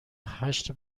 هشت